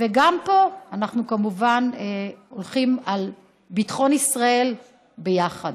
וגם פה אנחנו כמובן הולכים על ביטחון ישראל ביחד.